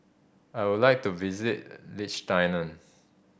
I would like to visit Liechtenstein